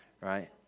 right